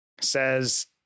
says